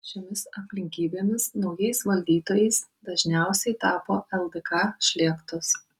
šiomis aplinkybėmis naujais valdytojais dažniausiai tapo ldk šlėktos